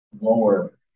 lower